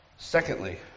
Secondly